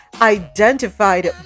identified